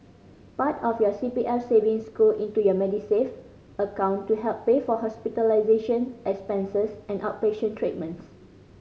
part of your C P F savings go into your Medisave account to help pay for hospitalization expenses and outpatient treatments